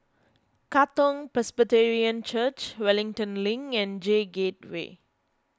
Katong Presbyterian Church Wellington Link and J Gateway